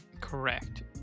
correct